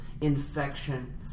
infection